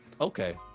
okay